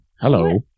hello